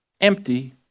empty